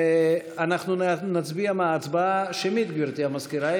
אנחנו נצביע בהצבעה שמית, גברתי המזכירה.